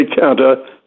counter